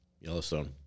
Yellowstone